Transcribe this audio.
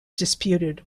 disputed